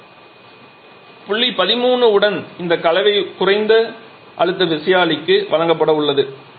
புள்ளி 13 உடன் இந்த கலவை குறைந்த அழுத்த விசையாழிக்கு வழங்கப்பட உள்ளது